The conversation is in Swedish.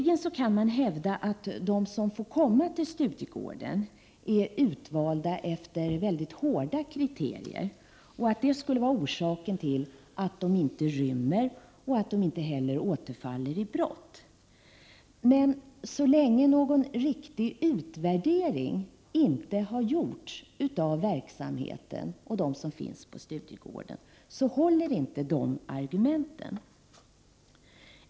Man kan visserligen hävda att de som får komma till Studiegården är utvalda efter mycket hårda kriterier och att det skulle vara orsaken till att de inte rymmer och inte heller återfaller i brott. Så länge någon riktig utvärdering inte har gjorts av verksamheten och de intagna på Studiegården håller inte de argumenten.